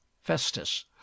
festus